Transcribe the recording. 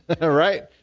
Right